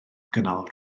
gynnal